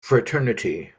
fraternity